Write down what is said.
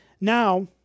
Now